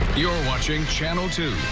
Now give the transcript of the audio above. you're watching channel two,